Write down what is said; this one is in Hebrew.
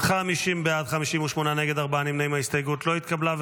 בעד, 58 נגד, ארבעה נמנעים, ההסתייגות לא התקבלה.